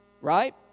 Right